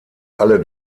alle